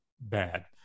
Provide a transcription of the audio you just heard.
bad